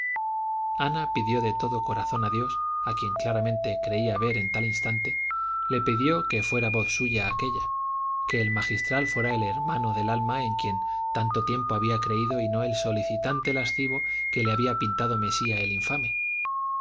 ana pidió de todo corazón a dios a quien claramente creía ver en tal instante le pidió que fuera voz suya aquella que el magistral fuera el hermano del alma en quien tanto tiempo había creído y no el solicitante lascivo que le había pintado mesía el infame